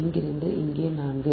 இங்கிருந்து இங்கே 4